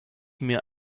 mir